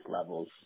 levels